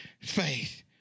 faith